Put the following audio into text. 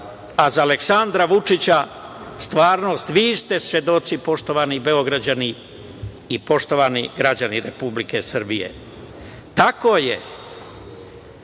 a za Aleksandra Vučića stvarnost. Vi ste svedoci, poštovani Beograđani i poštovani građani Republike Srbije. Tako je